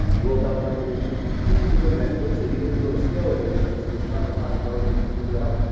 um world health organization, he's an inventor, so he doesn't go to scale of anything, so he's trying to find governments or people to help,